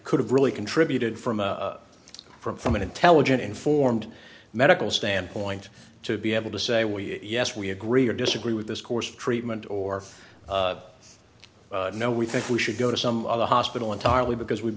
could have really contributed from a from an intelligent informed medical standpoint to be able to say we yes we agree or disagree with this course of treatment or no we think we should go to some of the hospital entirely because we